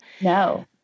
No